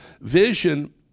Vision